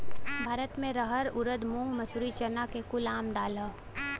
भारत मे रहर ऊरद मूंग मसूरी चना कुल आम दाल हौ